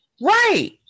Right